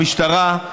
המשטרה,